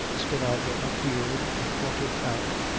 skinadre appeared, in point of fact,